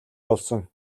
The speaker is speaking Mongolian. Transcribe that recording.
болсон